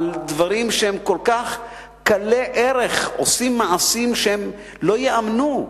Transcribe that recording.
על דברים שהם כל כך קלי ערך עושים מעשים שלא ייאמנו.